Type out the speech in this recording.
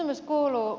kysymys kuuluu